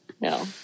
No